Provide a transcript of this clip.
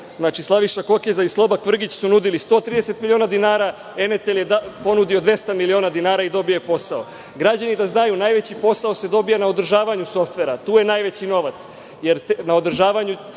Znači, Slaviša Kokeza i Sloba Kvrgić su nudili 130 miliona dinara, „Emetel“ je ponudio 200 miliona dinara i dobio je posao. Građani da znaju, najveći posao se dobija na održavanju softvera. Tu je najveći novac, jer na održavanju